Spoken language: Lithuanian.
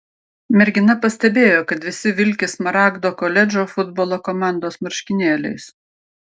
mergina pastebėjo kad visi vilki smaragdo koledžo futbolo komandos marškinėliais